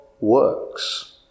works